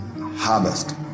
harvest